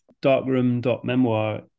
Darkroom.memoir